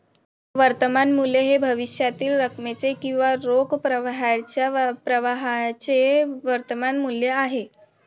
वर्तमान मूल्य हे भविष्यातील रकमेचे किंवा रोख प्रवाहाच्या प्रवाहाचे वर्तमान मूल्य आहे